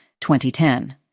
2010